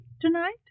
tonight